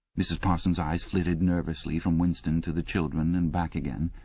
mrs. parsons eyes flitted nervously from winston to the children, and back again.